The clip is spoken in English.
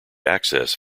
access